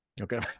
Okay